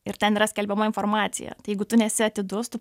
ir ten yra skelbiama informacija jeigu tu nesi atidus tu